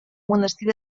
monestir